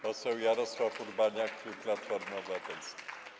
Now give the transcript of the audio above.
Poseł Jarosław Urbaniak, klub Platforma Obywatelska.